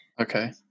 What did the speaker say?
Okay